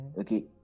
okay